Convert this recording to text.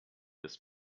ist